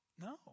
No